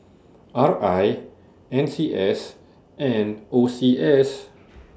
R I N C S and O C S